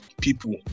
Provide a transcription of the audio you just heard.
people